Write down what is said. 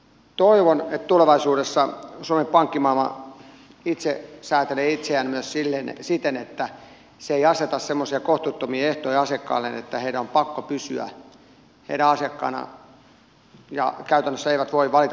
toivon että tulevaisuudessa suomen pankkimaailma itse säätelee itseään myös siten että se ei aseta semmoisia kohtuuttomia ehtoja asiakkailleen että heidän on pakko pysyä heidän asiakkaanaan ja käytännössä eivät voi valita palveluitaan